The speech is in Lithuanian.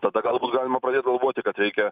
tada galbūt galima pradėt galvoti kad reikia